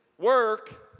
work